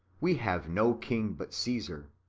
we have no king but caesar.